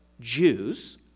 Jews